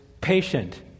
patient